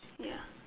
ya